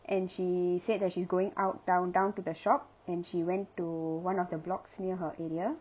and she said that she's going out down down to the shop and she went to one of the blocks near her area